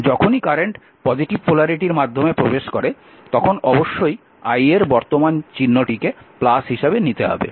যখনই current positive পোলারিটির মাধ্যমে প্রবেশ করে তখন অবশ্যই i এর বর্তমান চিহ্নটিকে হিসাবে নিতে হবে